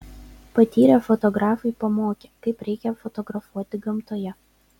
patyrę fotografai pamokė kaip reikia fotografuoti gamtoje